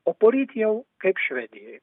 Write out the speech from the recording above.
o poryt jau kaip švedijoj